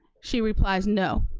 she replies, no.